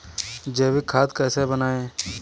जैविक खाद कैसे बनाएँ?